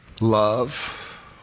love